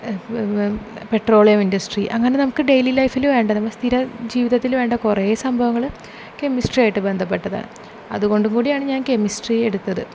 petroleum industry അങ്ങനെ നമുക്ക് daily ലൈഫിൽ വേണ്ടത് നമ്മൾ സ്ഥിര ജീവിതത്തിൽ വേണ്ട കുറേ സംഭവങ്ങൾ കെമിസ്ട്രിയായിട്ട് ബന്ധപ്പെട്ടതാണ് അതുകൊണ്ടും കൂടിയാണ് ഞാൻ കെമിസ്ട്രി എടുത്തത്